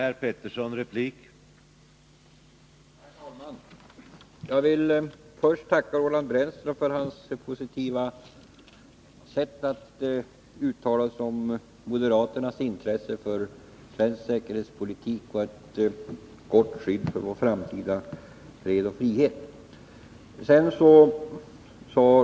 Herr talman! Jag vill först tacka Roland Brännström för hans positiva sätt att uttala sig om moderaternas intresse för svensk säkerhetspolitik på kort sikt och för vår framtida fred och frihet.